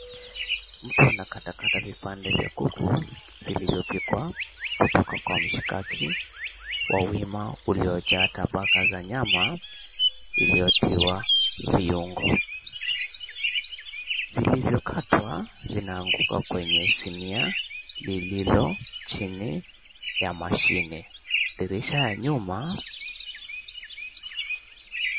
Mtu anakatakata vipande vya kuku vilivyopikwa kutoka kwa mshikaki wa wima uliojaa tabaka za nyama iliyotiwa viungo. Vilivyokatwa vinaanguka kwenye sinia ya lililo chini ya mashine. Dirisha ya nyuma...